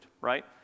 right